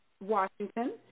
Washington